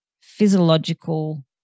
physiological